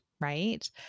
right